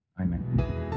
Amen